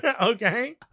Okay